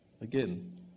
Again